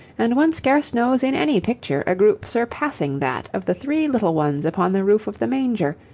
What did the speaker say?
and one scarce knows in any picture a group surpassing that of the three little ones upon the roof of the manger,